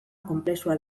konplexua